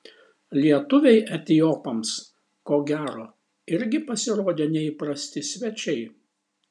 lietuviai etiopams ko gero irgi pasirodė neįprasti svečiai